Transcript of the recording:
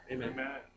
Amen